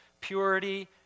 purity